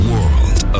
World